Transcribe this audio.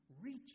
reach